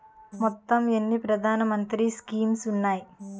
మొత్తం ఎన్ని ప్రధాన మంత్రి స్కీమ్స్ ఉన్నాయి?